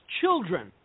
children